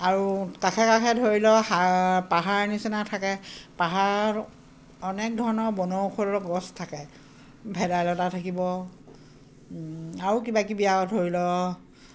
আৰু কাষে কাষে ধৰি লওক পাহাৰ নিচিনা থাকে পাহাৰত অনেক ধৰণৰ বনৌষধৰ গছ থাকে ভেদাইলতা থাকিব আৰু কিবাকিবি আৰু ধৰি লওক